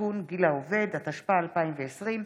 התשפ"א 2020,